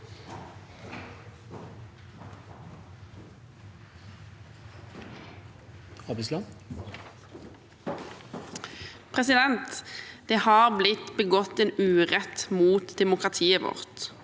Det har blitt begått en urett mot demokratiet vårt.